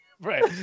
Right